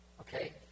Okay